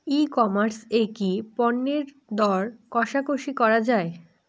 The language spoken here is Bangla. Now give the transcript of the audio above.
ই কমার্স এ কি পণ্যের দর কশাকশি করা য়ায়?